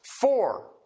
Four